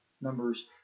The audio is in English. Numbers